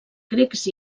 grecs